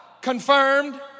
confirmed